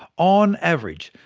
on average,